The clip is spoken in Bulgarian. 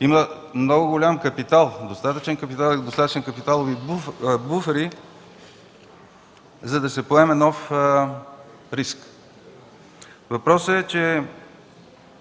има много голям капитал – достатъчен капитал и достатъчно капиталови буфери, за да се поеме нов риск.